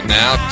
now